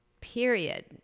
period